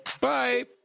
Bye